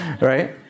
right